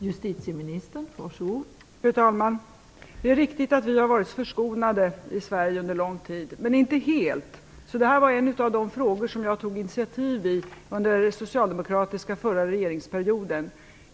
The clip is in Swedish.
Fru talman! Det är riktigt att vi i Sverige har varit förskonade under lång tid, men inte helt. Det här var en av de frågor som jag tog initiativ i under den förra socialdemokratiska regeringsperioden.